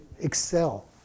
excel